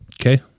Okay